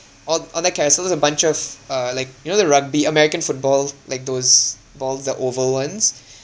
on on the carousel is a bunch of uh like you know the rugby american football like those balls the oval ones